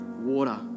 water